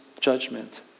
judgment